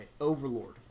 Overlord